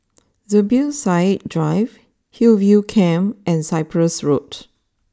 Zubir Said Drive Hillview Camp and Cyprus Road